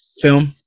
film